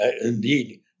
indeed